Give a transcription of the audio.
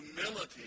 humility